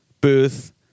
booth